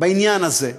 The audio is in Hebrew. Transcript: בעניין הזה,